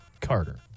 Carter